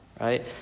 right